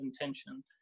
intention